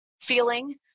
Feeling